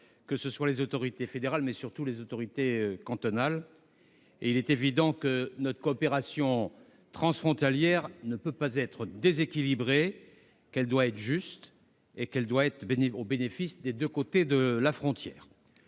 qu'il s'agisse des autorités fédérales ou, surtout, des autorités cantonales. Il est évident que notre coopération transfrontalière ne peut pas être déséquilibrée, qu'elle doit être juste et qu'elle doit se faire au bénéfice des deux côtés de la frontière.